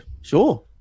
sure